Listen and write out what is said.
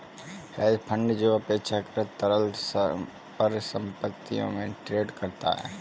hedge fund जो अपेक्षाकृत तरल परिसंपत्तियों में ट्रेड करता है